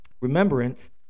remembrance